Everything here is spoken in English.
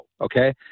okay